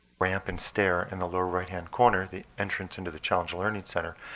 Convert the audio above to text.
ramp and stair in the lower right hand corner, the entrance into the challenger learning center,